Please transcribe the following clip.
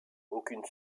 aucune